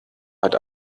hat